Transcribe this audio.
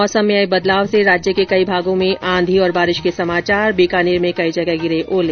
मौसम में आए बदलाव से राज्य के कई भागों में आंधी और बारिश के समाचार बीकानेर संभाग में कई जगह गिरे ओले